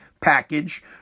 package